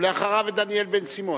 ואחריו, את דניאל בן-סימון.